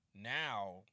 Now